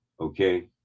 okay